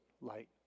light